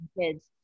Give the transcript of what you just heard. kids